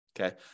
Okay